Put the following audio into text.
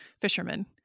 fishermen